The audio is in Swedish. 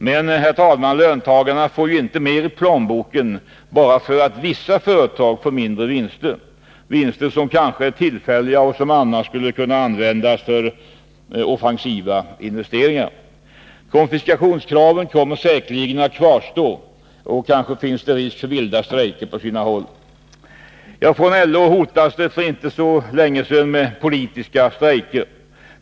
Men löntagarna får ju inte mer i plånboken bara för att vissa företag får mindre vinster, vinster som kanske är tillfälliga och som annars skulle kunna användas för offensiva investeringar. Kompensationskraven kommer säkerligen att kvarstå. Kanske finns det risk för vilda strejker på sina håll. Från LO hotades det för inte så länge sedan med politiska strejker.